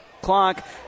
clock